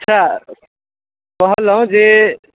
अच्छा कहलहुँ जे